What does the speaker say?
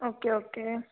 okay okay